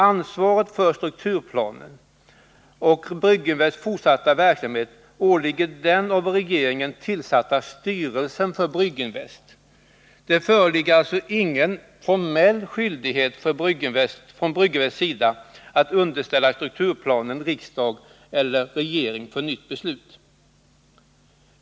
Ansvaret för strukturplanen och Brygginvests fortsatta verksamhet åligger den av regeringen tillsatta styrelsen för Brygginvest. Det föreligger alltså ingen formell skyldighet från Brygginvests sida att underställa strukturplanen riksdag eller regering för nytt beslut.